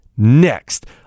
Next